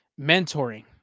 mentoring